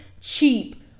cheap